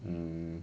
mm